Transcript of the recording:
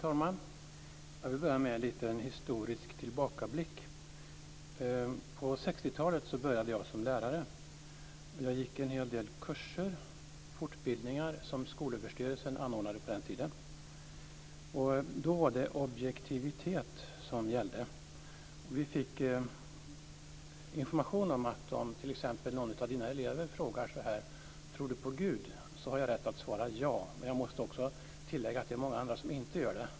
Fru talman! Jag vill börja med en liten historisk tillbakablick. På 60-talet började jag som lärare. Jag gick en hel del kurser, fortbildningar, som Skolöverstyrelsen anordnade på den tiden. Då var det objektivitet som gällde. Vi fick information om att om t.ex. någon av mina elever frågade om jag tror på Gud har jag rätt att svara ja, men jag måste också tillägga att det är många andra som inte gör det.